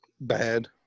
Bad